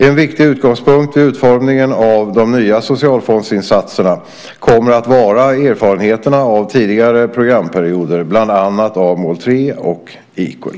En viktig utgångspunkt vid utformningen av de nya socialfondsinsatserna kommer att vara erfarenheterna av tidigare programperioder, bland annat av mål 3 och Equal.